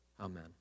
Amen